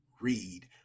read